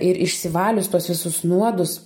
ir išsivalius tuos visus nuodus